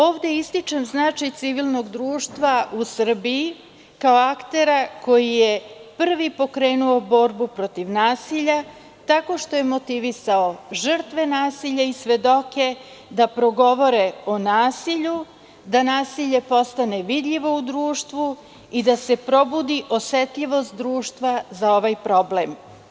Ovde ističem značaj civilnog društva u Srbiji kao aktera koji je prvi pokrenuo borbu protiv nasilja tako što je motivisao žrtve nasilja i svedoke da progovore o nasilju, da nasilje postane vidljivo u društvu i da se probudi osetljivost društva za ovaj problem.